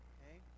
Okay